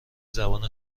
زبان